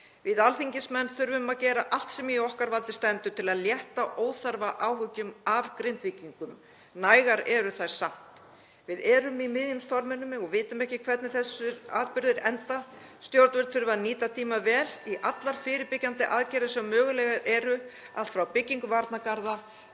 Við alþingismenn þurfum að gera allt sem í okkar valdi stendur til að létta óþarfaáhyggjum af Grindvíkingum. Nægar eru þær samt. Við erum í miðjum storminum og vitum ekki hvernig þessir atburðir enda. Stjórnvöld þurfa að nýta tímann vel í allar fyrirbyggjandi aðgerðir sem mögulegar eru, allt frá byggingu varnargarða